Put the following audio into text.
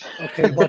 okay